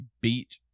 beat